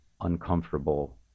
uncomfortable